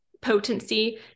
potency